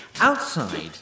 Outside